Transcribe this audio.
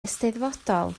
eisteddfodol